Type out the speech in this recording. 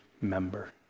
member